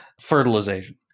fertilization